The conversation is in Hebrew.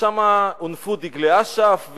והונפו שם דגלי אש"ף,